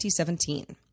2017